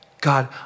God